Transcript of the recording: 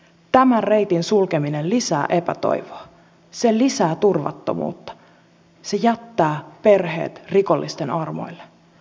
tämän reitin sulkeminen lisää epätoivoa se lisää turvattomuutta se jättää perheet rikollisten armoille